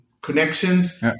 connections